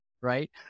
right